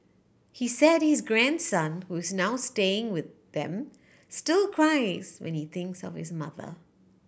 he said his grandson who is now staying with them still cries when he thinks of his mother